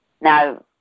Now